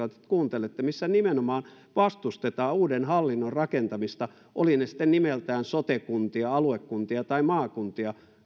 kuuntelette missä nimenomaan vastustetaan uuden hallinnon rakentamista kuntien ja valtion väliin olivat ne sitten nimeltään sote kuntia aluekuntia tai maakuntia